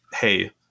hey